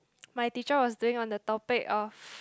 my teacher was doing on the topic of